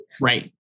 Right